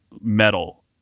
metal